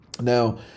Now